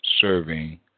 serving